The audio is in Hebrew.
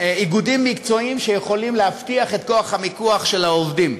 איגודים מקצועיים שיכולים להבטיח את כוח המיקוח של העובדים.